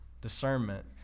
discernment